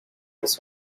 this